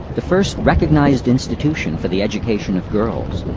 the first recognized institution for the education of girls.